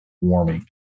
warming